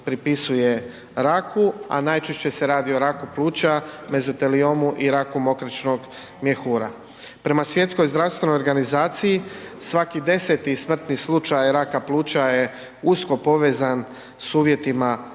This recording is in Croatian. pripisuje raku, a najčešće se radi o raku pluća, mezoteliomu i raku mokračnog mjehura. Prema Svjetskoj zdravstvenoj organizaciji svaki 10-ti smrtni slučaj raka pluća je usko povezan s uvjetima